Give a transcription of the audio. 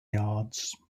yards